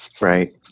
Right